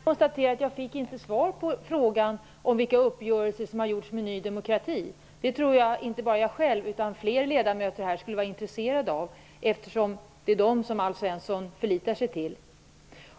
Herr talman! Jag konstaterar att jag inte fick svar på frågan om vilka uppgörelser som har gjorts med Ny demokrati. Det tror jag att inte bara jag själv utan fler ledamöter skulle vara intresserade av, eftersom det är Ny demokrati Alf Svensson förlitar sig till.